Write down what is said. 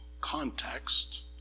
context